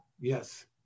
yes